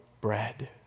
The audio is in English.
bread